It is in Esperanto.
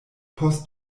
post